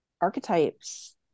archetypes